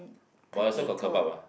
but also got kebab ah